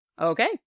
Okay